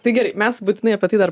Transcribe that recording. tai gerai mes būtinai apie tai dar